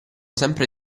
sempre